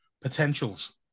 potentials